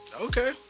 Okay